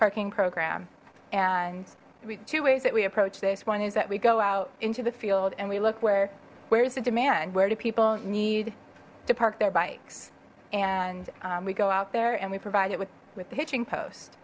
parking program and we two ways that we approach this one is that we go out into the field and we look where where's the demand where do people need to park their bikes and we go out there and we provide it with with the hitching